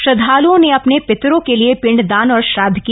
श्रद्धालुओं ने अपने पितरों के लिए पिंड दान और श्राद्ध किया